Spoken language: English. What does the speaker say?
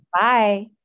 Bye